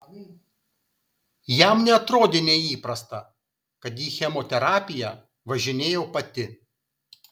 jam neatrodė neįprasta kad į chemoterapiją važinėjau pati